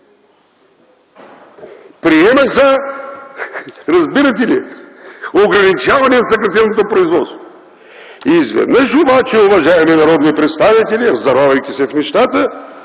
ли, ограничаване на съкратеното производство. Изведнъж обаче, уважаеми народни представители, заравяйки се в нещата,